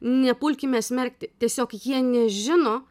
nepulkime smerkti tiesiog jie nežino